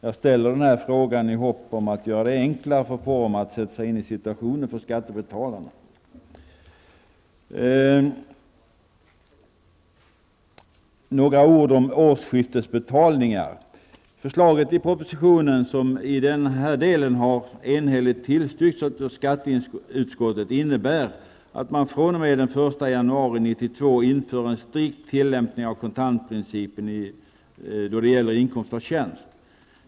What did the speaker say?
Jag ställer frågan i hopp om att göra det enklare för Poromaa att sätta sig in i skattebetalarnas situation. Några ord om årsskiftesbetalningar. Förslaget i propositionen, som i den här delen enhälligt har tillstyrkts av skatteutskottet, innebär att man fr.o.m. den 1 januari 1992 inför en strikt tillämpning av kontantprincipen när det gäller inkomst av tjänst.